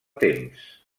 temps